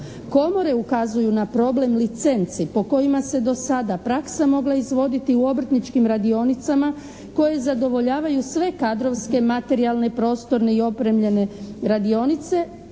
Komore ukazuju na problem licenci po kojima se do sada praksa mogla izvoditi u obrtničkim radionicama koje zadovoljavaju sve kadrovske, materijalne, prostorne i opremljene radionice